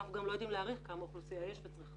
אנחנו גם לא יודעים להעריך כמה אוכלוסייה יש וצריכה.